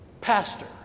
Pastor